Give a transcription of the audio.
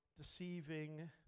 deceiving